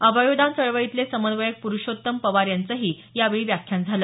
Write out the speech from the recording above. अवयवदान चळवळीतले समन्वयक पुरुषोत्तम पवार यांचही यावेळी व्याख्यान झालं